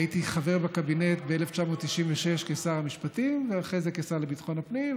הייתי חבר בקבינט ב-1996 כשר המשפטים ואחרי זה כשר לביטחון הפנים,